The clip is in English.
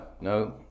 no